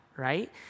Right